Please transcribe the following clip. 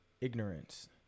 ignorance